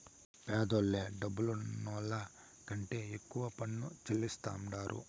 పేదోల్లే డబ్బులున్నోళ్ల కంటే ఎక్కువ పన్ను చెల్లిస్తాండారు